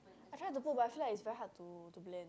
I tried to put but I feel like it's very hard to to blend